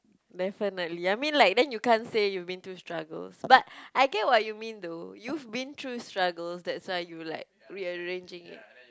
definitely I mean like then you can't say you been through struggles but I get what you mean though you've been through struggles that's why you like rearranging it